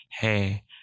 Hey